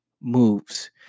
moves